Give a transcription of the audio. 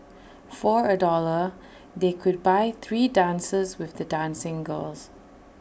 for A dollar they could buy three dances with the dancing girls